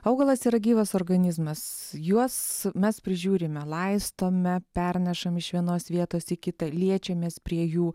augalas yra gyvas organizmas juos mes prižiūrime laistome pernešam iš vienos vietos į kitą liečiamės prie jų